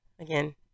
Again